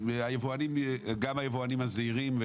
גם היבואנים הזעירים,